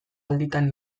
alditan